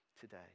today